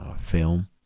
film